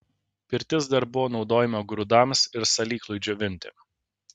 pirtis dar buvo naudojama grūdams ir salyklui džiovinti